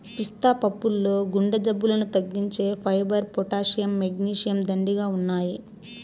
పిస్తా పప్పుల్లో గుండె జబ్బులను తగ్గించే ఫైబర్, పొటాషియం, మెగ్నీషియం, దండిగా ఉన్నాయి